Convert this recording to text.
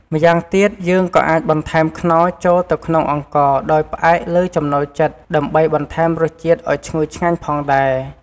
ម្យ៉ាងទៀត យើងក៏អាចបន្ថែមខ្នុរចូលទៅក្នុងអង្ករដោយផ្អែកលើចំណូលចិត្ត ដើម្បីបន្ថែមរសជាតិឱ្យឈ្ងុយឆ្ងាញ់ផងដែរ។